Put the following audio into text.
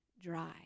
dry